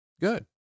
Good